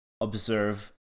observe